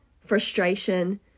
frustration